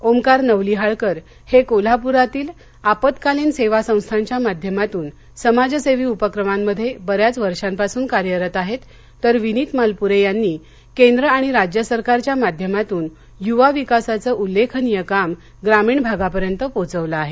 ओकार नवलिहाळकर हे कोल्हापुरातील आपत्कालीन सेवा संस्थांच्या माध्यमातून समाजसेवी उपक्रमांमध्ये बऱ्याच वर्षापासून कार्यरत आहेत तर विनित मालपुरे यांनी केंद्र आणि राज्य सरकारच्या माध्यमातून यूवा विकासाचं उल्लेखनीय काम ग्रामीण भागापर्यंत पोहोचवलं आहे